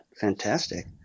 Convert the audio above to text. fantastic